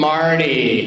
Marty